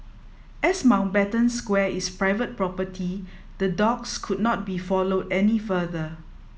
as Mountbatten Square is private property the dogs could not be followed any further